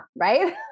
right